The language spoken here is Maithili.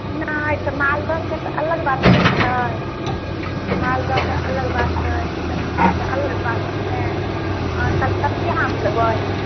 नहि तऽ मालदहकेँ तऽ अलग बात ने छै मालदहकेँ अलग बात छै किसनभोगकेँ अलग बात छै नहि अहाँ कलकतिआ आम लेबै